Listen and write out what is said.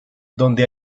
donde